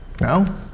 No